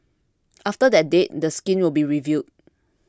after that date the scheme will be reviewed